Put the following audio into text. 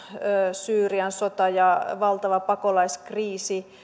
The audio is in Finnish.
syyrian sota ja valtava pakolaiskriisi